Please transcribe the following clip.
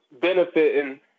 benefiting